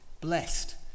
blessed